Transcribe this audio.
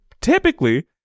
Typically